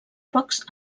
pocs